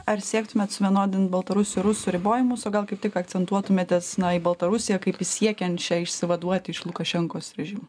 ar siektumėt suvienodint baltarusių rusų ribojimus o gal kaip tik akcentuotumėtės na į baltarusiją kaip į siekiančią išsivaduoti iš lukašenkos režimo